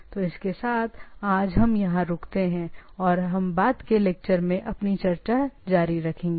तो इसके साथ आज हम यहां रुकते हैं और हम बाद के लेक्चर में अपनी चर्चा जारी रखेंगे